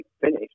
finished